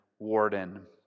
Warden